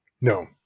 No